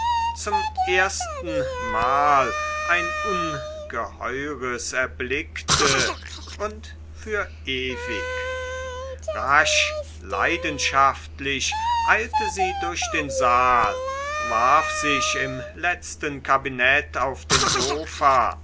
zum erstenmal ein ungeheures erblickte und für ewig rasch leidenschaftlich eilte sie durch den saal warf sich im letzten kabinett auf den sofa